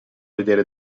vedere